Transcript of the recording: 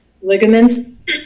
Ligaments